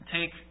take